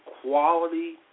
quality